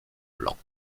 blancs